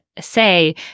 say